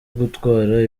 gutwara